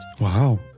wow